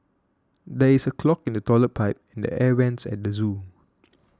there is a clog in the Toilet Pipe and the Air Vents at the zoo